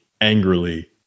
angrily